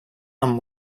amb